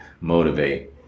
motivate